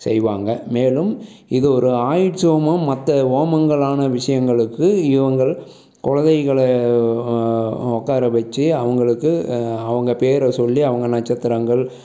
செய்வாங்கள் மேலும் இது ஒரு ஆயிசு ஹோமம் மற்ற ஹோமங்களான விஷயங்களுக்கு இவர்கள் குழந்தைகள் உட்கார வச்சு அவர்களுக்கு அவங்க பெயர சொல்லி அவங்க நட்சத்திரங்கள்